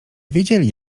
wiedzieli